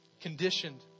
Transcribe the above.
conditioned